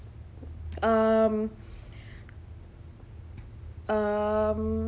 um um